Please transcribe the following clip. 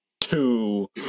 two